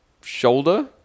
shoulder